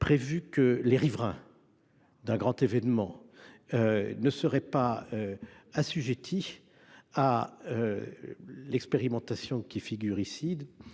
prévu que les riverains d'un grand événement ne seraient pas assujettis à cette expérimentation de la